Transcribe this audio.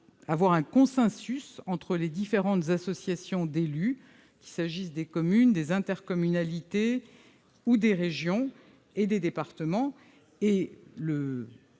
avoir un consensus entre les différentes associations d'élus, qu'il s'agisse des communes, des intercommunalités, des régions ou des départements. Le